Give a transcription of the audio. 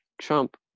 Trump